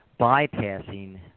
bypassing